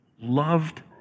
loved